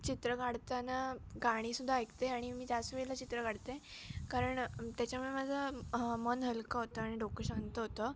चित्र काढताना गाणीसुद्धा ऐकते आणि मी त्याच वेळेला चित्र काढते कारण त्याच्यामुळे माझं मन हलकं होतं आणि डोकं शांत होतं